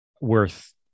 worth